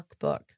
workbook